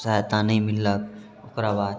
सहायता नहि मिललक ओकरा बाद